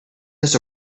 this